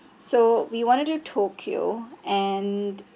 so we wanna do tokyo and